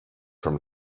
from